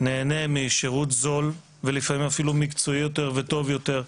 נהנה משירות זול ולפעמים אפילו מקצועי יותר וטוב יותר,